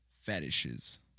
fetishes